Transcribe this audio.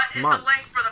months